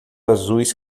azuis